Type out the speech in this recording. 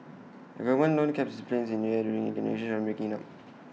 A government loan kept its planes in the air during negotiations on breaking IT up